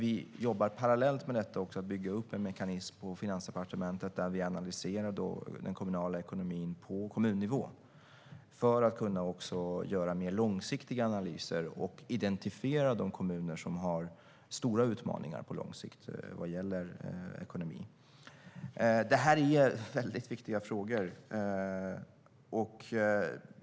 Vi jobbar parallellt med detta med att bygga upp en mekanism på Finansdepartementet där vi analyserar den kommunala ekonomin på kommunnivå för att också kunna göra mer långsiktiga analyser och identifiera de kommuner som har stora utmaningar på lång sikt vad gäller ekonomin. Det här är viktiga frågor.